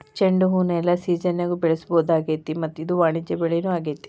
ಚಂಡುಹೂನ ಎಲ್ಲಾ ಸಿಜನ್ಯಾಗು ಬೆಳಿಸಬಹುದಾಗೇತಿ ಮತ್ತ ಇದು ವಾಣಿಜ್ಯ ಬೆಳಿನೂ ಆಗೇತಿ